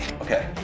Okay